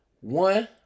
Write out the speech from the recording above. One